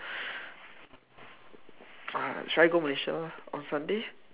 ah should I go Malaysia on Sunday